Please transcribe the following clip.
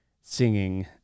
singing